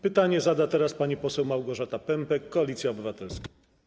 Pytanie zada teraz pani poseł Małgorzata Pępek, Koalicja Obywatelska.